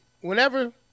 whenever